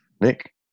Nick